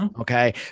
Okay